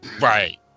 Right